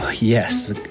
Yes